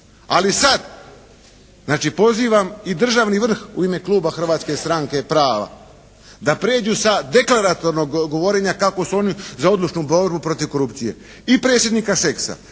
Ali sad znači pozivam i državni vrh u ime kluba Hrvatske stranke prava da pređu sa deklaratornog govorenja kako su oni za odlučnu borbu protiv korupcije i predsjednika Šeksa